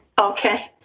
Okay